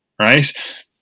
Right